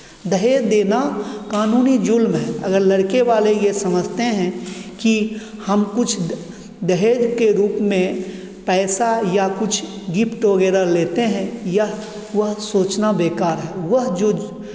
दहेज देना कानूनी जुर्म है अगर लड़के वाले ये समझते हैं कि हम कुछ दहेज के रूप में पैसा या कुछ गिफ्ट वगैरह लेते हैं यह वह सोचना बेकार है वह जो